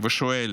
בך ושואל: